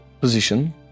position